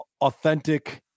authentic